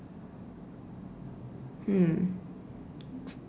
hmm